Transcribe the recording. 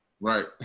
Right